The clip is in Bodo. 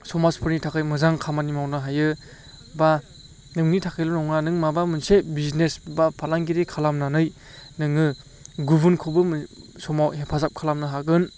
समाजफोरनि थाखाय मोजां खामानि मावनो हायो एबा नोंनि थाखायल' नङा नों माबा मोनसे बिजिनेस एबा फालांगिरि खालामनानै नोङो गुबुनखौबो समाव हेफाजाब खालामनो हागोन